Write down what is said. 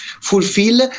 fulfill